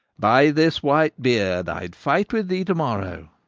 by this white beard, i'd fight with thee to-morrow.